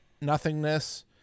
nothingness